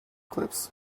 clips